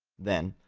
then,